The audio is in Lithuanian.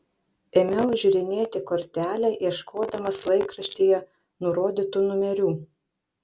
ėmiau žiūrinėti kortelę ieškodamas laikraštyje nurodytų numerių